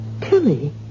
Tilly